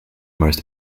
most